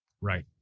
Right